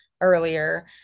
earlier